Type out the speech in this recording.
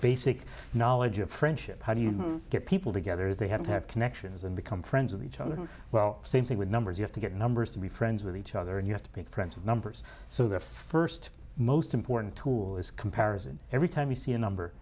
basic knowledge of friendship how do you get people together they have to have connections and become friends with each other well same thing with numbers you have to get numbers to be friends with each other and you have to make friends with numbers so the first most important tool is comparison every time you see a number